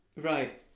right